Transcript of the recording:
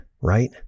right